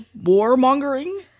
warmongering